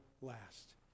last